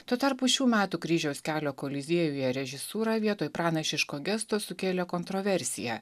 tuo tarpu šių metų kryžiaus kelio koliziejuje režisūra vietoj pranašiško gesto sukėlė kontroversiją